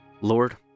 Lord